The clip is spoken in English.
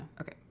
Okay